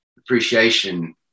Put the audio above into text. appreciation